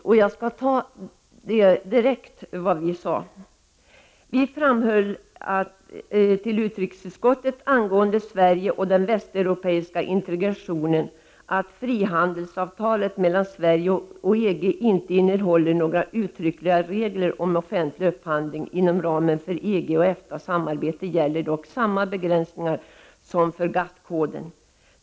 Jag citerar ur finansutskottets betänkande 1989 89:FiU2y) att frihandelsavtalet mellan Sverige och EG inte innehåller några uttryckliga regler om offentlig upphandling. Inom ramen för EG-EFTA-samarbetet gäller dock samma begränsningar som för GATT-koden.